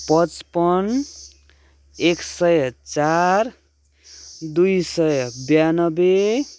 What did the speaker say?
पचपन्न एक सय चार दुई सय ब्यानब्बे